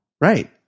Right